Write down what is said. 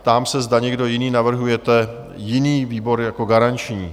Ptám se, zda někdo jiný navrhujete jiný výbor jako garanční?